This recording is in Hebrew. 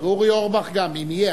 אורי אורבך גם, אם יהיה.